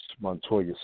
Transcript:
Montoya